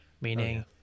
meaning